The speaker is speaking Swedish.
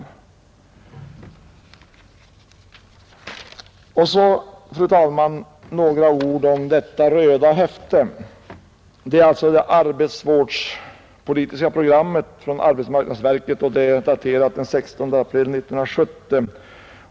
Därefter vill jag, fru talman, också säga några ord om detta röda häfte som jag har här i min hand, Det heter Arbetsvårdspolitiskt program, och är utgivet av arbetsmarknadsverket samt daterat den 16 april 1970.